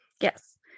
Yes